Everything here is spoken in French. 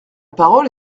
parole